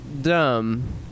dumb